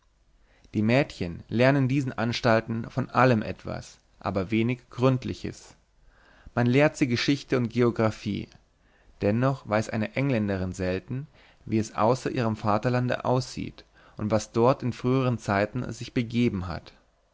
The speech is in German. die mädchen lernen in diesen anstalten von allem etwas aber wenig gründliches man lehrt sie geschichte und geographie dennoch weiß eine engländerin selten wie es außer ihrem vaterlande aussieht und was dort in früheren zeiten sich begeben hat